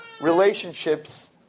relationships